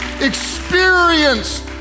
experience